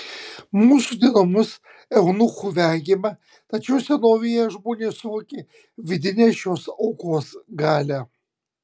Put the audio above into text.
mūsų dienomis eunuchų vengiama tačiau senovėje žmonės suvokė vidinę šios aukos galią